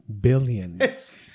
billions